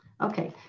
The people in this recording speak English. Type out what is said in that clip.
Okay